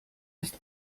ist